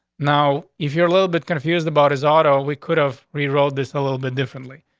now, if you're a little bit confused about his auto, we could have reroll this a little bit differently.